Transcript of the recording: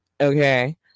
Okay